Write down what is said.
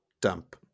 dump